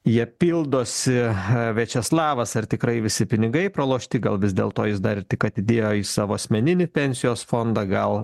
jie pildosi viačeslavas ar tikrai visi pinigai pralošti gal vis dėlto jis dar tik atidėjo į savo asmeninį pensijos fondą gal